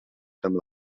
amb